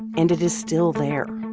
and it is still there